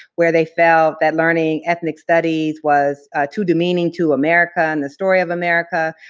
where they felt that learning ethnic studies was too demeaning to america and the story of america,